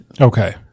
Okay